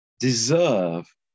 Deserve